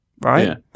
right